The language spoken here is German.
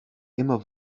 immer